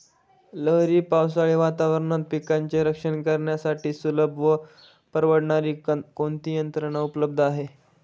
लहरी पावसाळी वातावरणात पिकांचे रक्षण करण्यासाठी सुलभ व परवडणारी कोणती यंत्रणा उपलब्ध आहे?